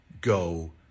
go